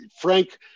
Frank